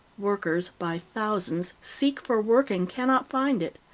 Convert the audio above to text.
workers, by thousands, seek for work and can not find it.